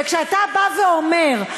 וכשאתה בא ואומר,